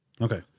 Okay